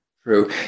true